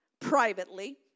privately